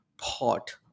pot